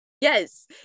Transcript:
Yes